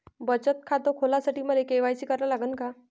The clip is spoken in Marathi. बचत खात खोलासाठी मले के.वाय.सी करा लागन का?